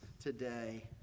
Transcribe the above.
today